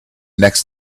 next